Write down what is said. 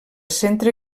centre